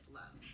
love